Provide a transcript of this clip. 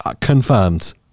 confirmed